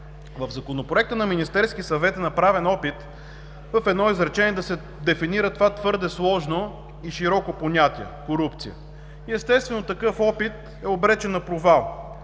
В Законопроекта на Министерския съвет е направен опит в едно изречение да се дефинира това твърде сложно и широко понятие „корупция“. Естествено, че такъв опит е обречен на провал,